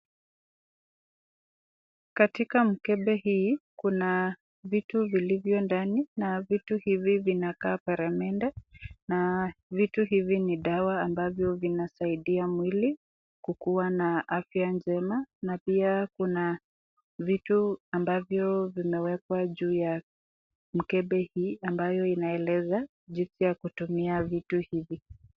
Katika mkebe hii ,kuna vitu vilivyo ndani na vitu hivi vinakaa peremende, na vitu hivi ni dawa ambazo vinasaidia mwili kukua na afya njema na pia kuna vitu ambavyo vinawekwa juu ya mkebe hii ambayo inaeleza jinsi ya kutumia vitu hivi.